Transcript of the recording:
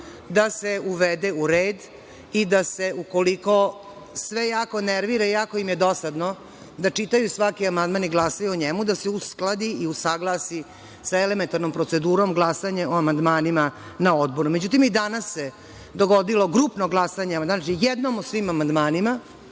da se uvede u red i da se, ukoliko sve jako nervira i jako im je dosadno da čitaju svaki amandman i glasaju o njemu, da se uskladi i usaglasi sa elementarnom procedurom glasanje o amandmanima na Odboru. Međutim, i danas se dogodilo grupno glasanje o amandmanima,